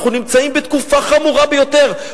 אנחנו נמצאים בתקופה חמורה ביותר,